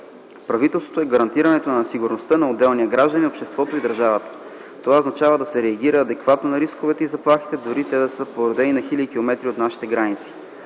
правителството е гарантирането на сигурността на отделния гражданин, на обществото и държавата. Това означава да се реагира адекватно на рисковете и заплахите, дори те да са породени на хиляди километри от нашите граници.